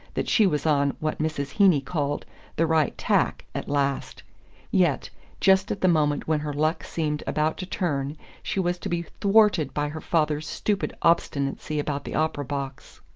that she was on what mrs. heeny called the right tack at last yet just at the moment when her luck seemed about to turn she was to be thwarted by her father's stupid obstinacy about the opera-box.